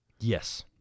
Yes